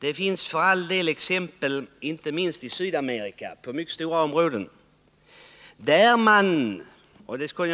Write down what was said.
Det finns för all del exempel på stora områden, främst i Sydamerika — det här är något som jag odlas upp. På den marken växer